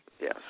Yes